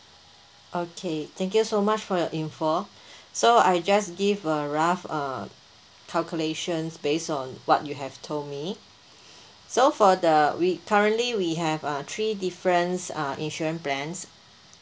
okay thank you so much for your info so I just give a rough uh calculations based on what you have told me so for the we currently we have uh three difference uh insurance plans